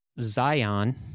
Zion